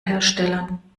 herstellern